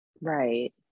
Right